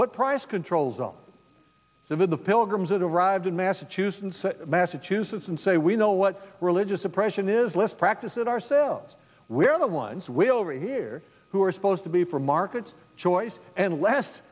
put price controls all over the pilgrims arrived in massachusetts massachusetts and say we know what religious oppression is less practice it ourselves we're the ones we already are who are supposed to be for markets choice and less